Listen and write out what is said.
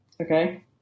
Okay